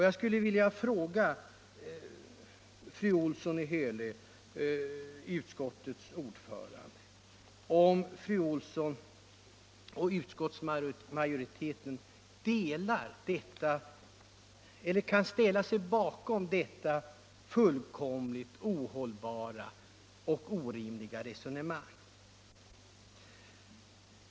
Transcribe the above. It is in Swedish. Jag skulle vilja fråga fru Olsson i Hölö, utskottets ordförande, om fru Olsson och utskottsmajoriteten verkligen kan ställa sig bakom detta fullkomligt ohållbara och orimliga resonemang.